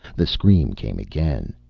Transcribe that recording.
the scream came again.